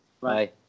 Bye